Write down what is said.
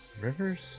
Rivers